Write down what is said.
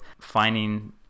finding